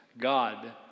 God